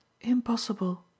Impossible